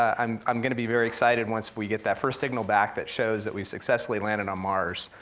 um i'm gonna be very excited once we get that first signal back that shows that we successfully landed on mars.